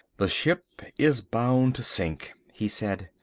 the ship is bound to sink, he said,